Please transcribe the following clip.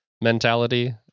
mentality